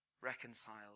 reconciled